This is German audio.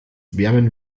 wärmen